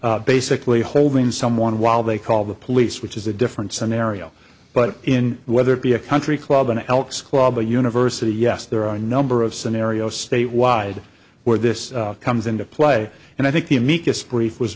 are basically holding someone while they call the police which is a different scenario but in whether it be a country club an elks club a university yes there are a number of scenarios statewide where this comes into play and i think the amicus brief was